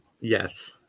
Yes